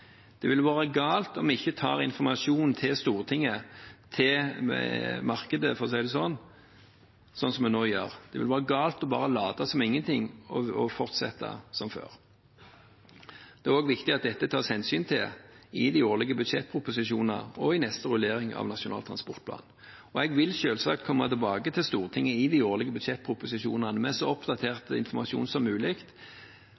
Det ville ha vært galt om vi ikke tok informasjonen til Stortinget – til markedet, for å si det sånn – som vi nå gjør. Det ville ha vært galt bare å late som ingenting og fortsette som før. Det er også viktig at det tas hensyn til dette i de årlige budsjettproposisjonene og i neste rullering av Nasjonal transportplan. Jeg vil selvsagt komme tilbake til Stortinget i de årlige budsjettproposisjonene med så